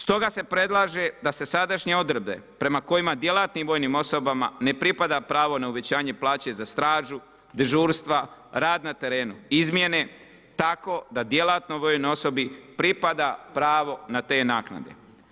Stoga se predlaže da se sadašnje odredbe prema kojim djelatnim vojnim osobama ne pripada pravo na uvećanje plaće za stražu, dežurstva, rad na terenu izmijene tako da djelatnoj vojnoj osobi pripada pravo na te naknade.